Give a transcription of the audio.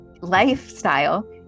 lifestyle